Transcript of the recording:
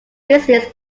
business